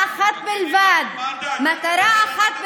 שהוקמו למטרה אחת בלבד, מטרה אחת בלבד,